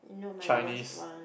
Chinese